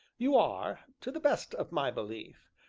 you are, to the best of my belief,